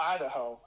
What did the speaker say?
Idaho